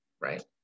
Right